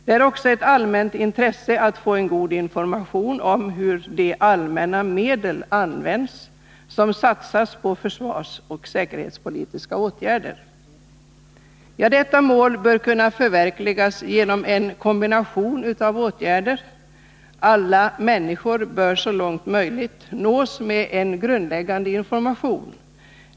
Det är också ett allmänt intresse att få en god information om hur de allmänna medel används som satsas på försvarsoch säkerhetspolitiska åtgärder. ——— Detta mål bör kunna förverkligas genom en kombination av åtgärder: - Alla människor bör så långt möjligt nås med en grundläggande information.